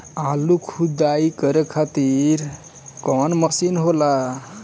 आलू खुदाई खातिर कवन मशीन होला?